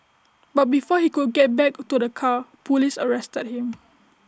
but before he could get back to the car Police arrested him